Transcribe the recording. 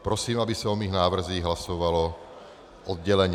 Prosím, aby se o mých návrzích hlasovalo odděleně.